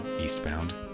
eastbound